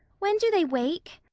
when do they wake?